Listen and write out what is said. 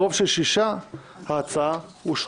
ברוב של שישה ההצעה אושרה.